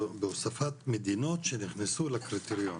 בהוספת מדינות שנכנסו לקריטריון.